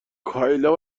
کایلا